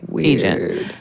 agent